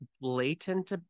blatant